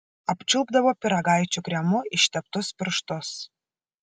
apčiulpdavo pyragaičių kremu išteptus pirštus